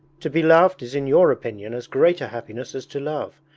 to be loved is in your opinion as great a happiness as to love,